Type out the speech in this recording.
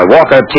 Walker